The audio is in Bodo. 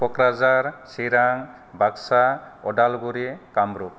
क'क्राझार चिरां बाक्सा अदालगुरि कामरूप